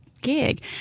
gig